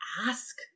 ask